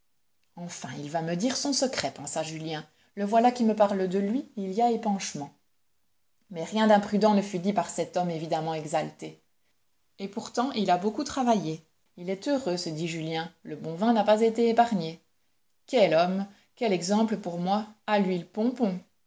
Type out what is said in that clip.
enfin il va me dire son secret pensa julien le voilà qui me parle de lui il y a épanchement mais rien d'imprudent ne fut dit par cet homme évidemment exalté et pourtant il a beaucoup travaillé il est heureux se dit julien le bon vin n'a pas été épargné quel homme quel exemple pour moi à lui le pompon